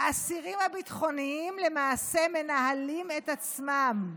האסירים הביטחוניים למעשה מנהלים את עצמם.